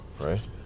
right